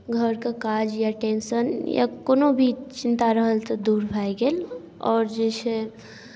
घरके काज या टेंशन या कोनो भी चिंता रहल तऽ दूर भए गेल आओर जे छै